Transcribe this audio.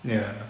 ya